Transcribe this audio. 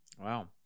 Wow